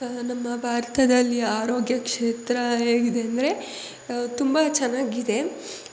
ನಮ್ಮ ಭಾರತದಲ್ಲಿ ಆರೋಗ್ಯ ಕ್ಷೇತ್ರ ಹೇಗಿದೆ ಅಂದರೆ ತುಂಬ ಚೆನ್ನಾಗಿದೆ